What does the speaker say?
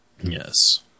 Yes